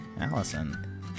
Allison